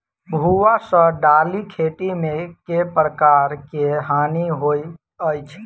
भुआ सँ दालि खेती मे केँ प्रकार केँ हानि होइ अछि?